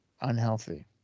Unhealthy